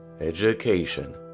education